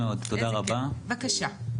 בבקשה.